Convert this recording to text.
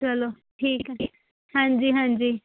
ਚਲੋ ਠੀਕ ਹੈ ਹਾਂਜੀ ਹਾਂਜੀ